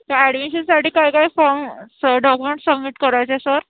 त्या ॲडमिशनसाठी काय काय फॉमसं डॉक्युमेंट सबमिट करायचे सर